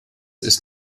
ist